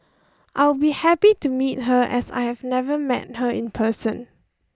I'll be happy to meet her as I have never met her in person